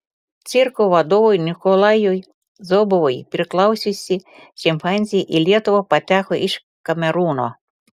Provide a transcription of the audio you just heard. cirko vadovui nikolajui zobovui priklausiusi šimpanzė į lietuvą pateko iš kamerūno